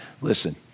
listen